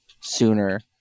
sooner